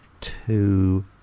Two